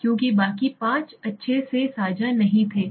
क्योंकि बाकी 5 अच्छे से समझा नहीं रहे थे